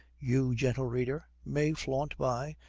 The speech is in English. you, gentle reader, may flaunt by,